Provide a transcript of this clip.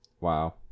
wow